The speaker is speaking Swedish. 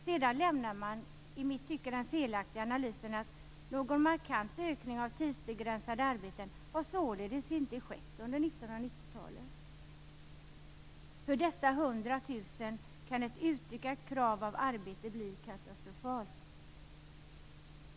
Sedan gör man den i mitt tycke felaktiga analysen att någon markant ökning av tidsbegränsade arbeten således inte har skett under 1990-talet. För dessa hundra tusen kan ett utökat krav på arbete bli katastrofalt.